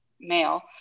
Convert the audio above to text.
male